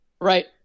right